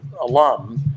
alum